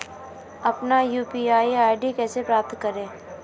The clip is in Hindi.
अपना यू.पी.आई आई.डी कैसे प्राप्त करें?